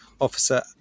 officer